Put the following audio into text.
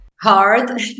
Hard